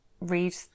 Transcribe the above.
read